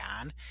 on